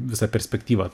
visą perspektyvą